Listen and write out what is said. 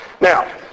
Now